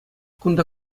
кунта